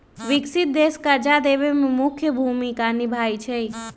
विकसित देश कर्जा देवे में मुख्य भूमिका निभाई छई